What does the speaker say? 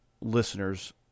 listeners